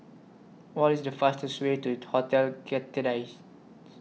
What IS The fastest Way to Hotel Citadines